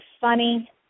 funny